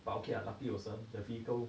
but okay ah lucky also the vehicle